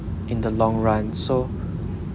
in the long run so